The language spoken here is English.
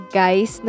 guys